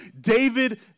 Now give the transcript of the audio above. David